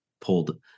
pulled